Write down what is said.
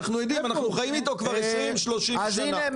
אנחנו חיים איתו כבר 30-20 שנה --- הינה,